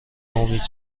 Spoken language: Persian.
نومید